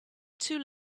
too